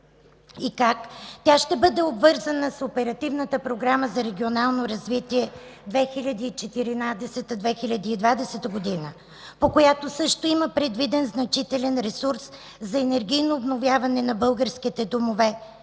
и как тя ще бъде обвързана с Оперативната програма за регионално развитие 2014 – 2020 г., по която също има предвиден значителен ресурс за енергийно обновяване на българските домове?